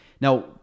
Now